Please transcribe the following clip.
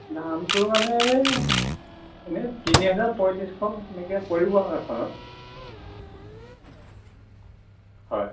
দামটো মানে এই এনেই তিনিহেজাৰ পঁয়ত্ৰিছশ এনেকৈ পৰিব আৰু এখনত হয়